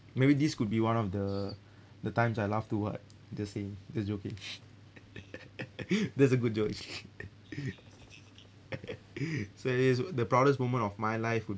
maybe this could be one of the the times I laugh too hard just saying just joking that's a good joke actually so i~ the proudest moment of my life would